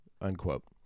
Unquote